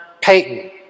Payton